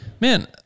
Man